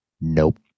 Nope